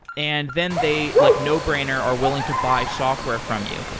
and then they, like no brainer, are willing to buy software from you.